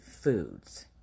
foods